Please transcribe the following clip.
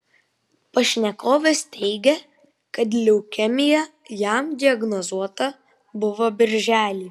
pašnekovas teigia kad leukemija jam diagnozuota buvo birželį